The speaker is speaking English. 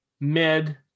mid